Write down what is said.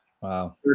Wow